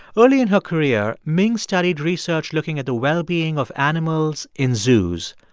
early in her career ming studied research looking at the well-being of animals in zoos.